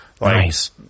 Nice